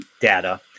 data